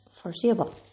foreseeable